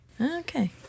Okay